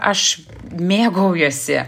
aš mėgaujuosi